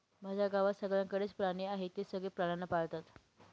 माझ्या गावात सगळ्यांकडे च प्राणी आहे, ते सगळे प्राण्यांना पाळतात